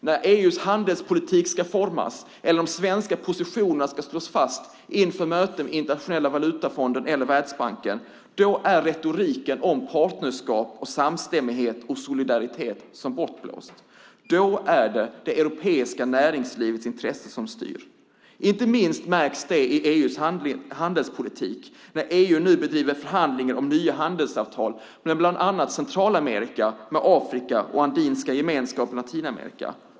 När EU:s handelspolitik ska formas eller de svenska positionerna ska slås fast inför möten med Internationella valutafonden och Världsbanken är retoriken om partnerskap, samstämmighet och solidaritet som bortblåst. Då är det i stället det europeiska näringslivets intressen som styr. Inte minst märks det i EU:s handelspolitik när EU nu bedriver förhandlingar om nya handelsavtal med bland annat Centralamerika, Afrika och Andinska gemenskapen i Latinamerika.